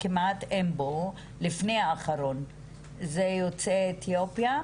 לפני האחרון זה יוצאי אתיופיה?